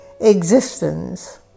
existence